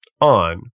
on